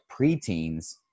preteens